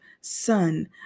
son